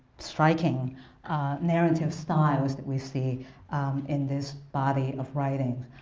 striking narrative styles that we see in this body of writing